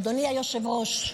אדוני היושב-ראש,